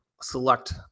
select